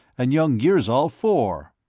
and young yirzol four.